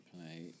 Play